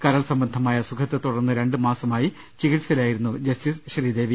കരൾ സംബന്ധമായ അസുഖത്തെ തുടർന്ന് രണ്ടു മാസമായി ചികിത്സയിലായിരുന്നു ജസ്റ്റിസ് ശ്രീദേവി